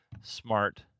smart